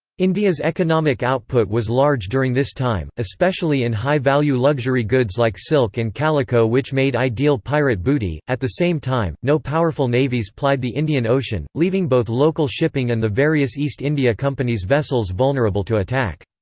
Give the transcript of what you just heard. india's economic output was large during this time, especially in high-value luxury goods like silk and calico which made ideal pirate booty at the same time, no powerful navies plied the indian ocean, leaving both local shipping and the various east india companies' vessels vulnerable to attack.